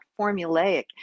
formulaic